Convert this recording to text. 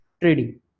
trading